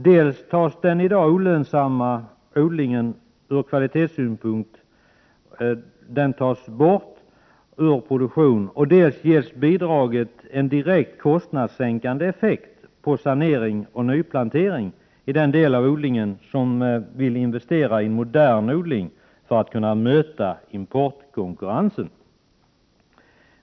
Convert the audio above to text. Dels tas den i dag olönsamma och ur kvalitetssynpunkt mindre värdefulla delen av odlingen ur produktion, dels ger bidraget en direkt kostnadssänkande effekt på sanering och nyplantering i den del av odlingen där man vill investera i moderna metoder för att kunna möta importkonkurrensen.